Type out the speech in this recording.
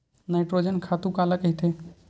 Nitrogen खातु काला कहिथे?